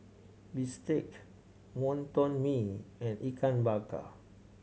bistake Wonton Mee and Ikan Bakar